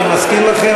אני מזכיר לכם,